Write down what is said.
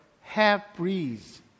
half-breeze